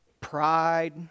Pride